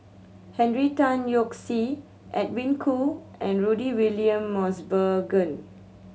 Henry Tan Yoke See Edwin Koo and Rudy William Mosbergen